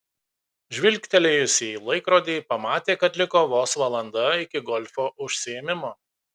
žvilgtelėjusi į laikrodį pamatė kad liko vos valanda iki golfo užsiėmimo